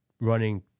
running